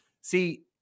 See